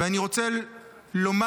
ואני רוצה לומר